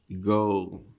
go